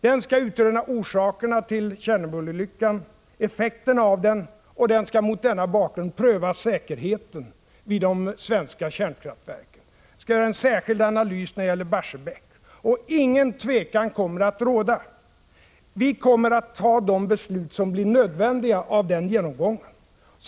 Den skall utröna orsakerna till Tjernobylolyckan och effekterna av den samt mot den bakgrunden pröva säkerheten vid de svenska kärnkraftverken. Den skall göra en särskild analys beträffande Barsebäck. Och ingen tvekan kommer att råda: Vi kommer att ta de beslut som är nödvändiga efter denna genomgång.